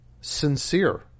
sincere